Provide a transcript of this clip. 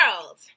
world